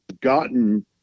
gotten